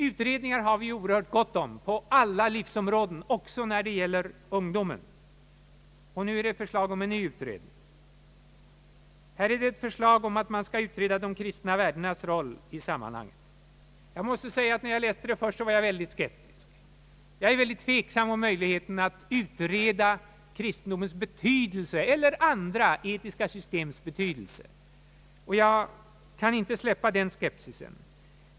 Utredningar har vi gott om på alla livsområden, också när det gäller ungdomen. Här föreslås nu en' ny utredning. Här föreligger förslag om att utreda de kristna värdenas roll i sammanhanget. När jag läste detta förslag var jag först väldigt skeptisk. Jag är mycket tveksam om möjligheten att utreda kristendomens eller andra etiska systems betydelse. Jag kan inte frigöra mig från den skepsisen.